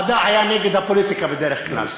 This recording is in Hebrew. המדע היה נגד הפוליטיקה בדרך כלל.